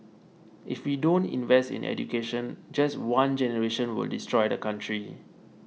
if we don't invest in education just one generation would destroy the country